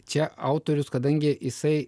čia autorius kadangi jisai